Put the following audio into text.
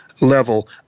level